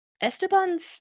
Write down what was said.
Esteban's